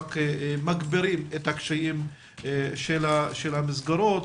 רק מגבירים את הקשיים של המסגרות,